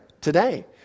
today